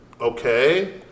okay